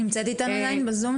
נמצאת איתנו עדיין בזום?